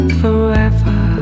forever